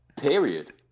period